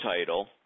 title